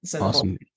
Awesome